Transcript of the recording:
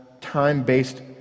time-based